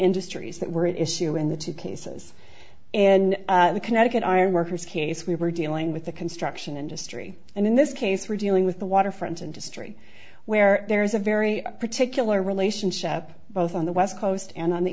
industries that were it is shoe in the two cases and the connecticut iron workers case we were dealing with the construction industry and in this case we're dealing with the waterfront industry where there is a very particular relationship both on the west coast and on the